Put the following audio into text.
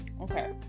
okay